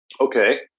Okay